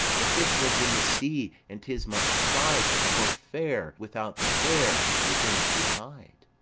the fish lives in the sea, and tis much pride for fair without the fair within to hide.